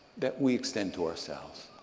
that we extend to ourselves?